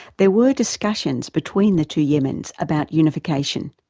there were discussions between the two yemen's about unification,